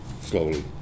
slowly